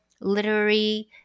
literary